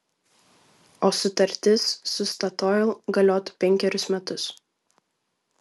o sutartis su statoil galiotų penkerius metus